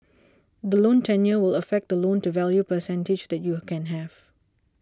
the loan tenure will affect the loan to value percentage that you a can have